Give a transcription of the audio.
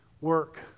Work